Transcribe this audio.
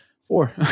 Four